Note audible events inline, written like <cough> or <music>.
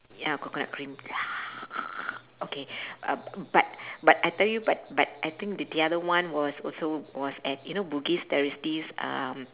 ya coconut cream <noise> okay uh but but I tell you but but I think the the other one was also was at you know bugis there is this um